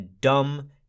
dumb